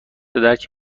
درک